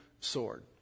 sword